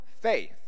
faith